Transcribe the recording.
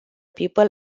people